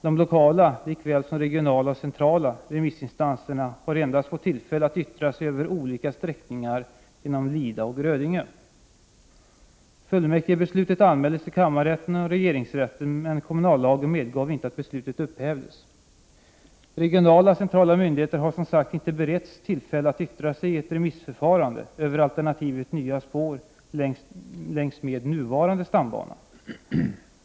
De lokala, lika väl som de regionala och centrala, remissinstanserna har fått tillfälle att yttra sig endast över olika sträckningar genom Lida och Grödinge. Regionala och centrala myndigheter har som sagt inte beretts tillfälle att yttra sig i ett remissförfarande över alternativet nya spår längs med nuvarande stambana.